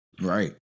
Right